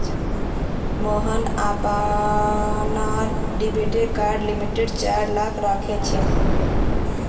मोहन अपनार डेबिट कार्डेर लिमिट चार लाख राखिलछेक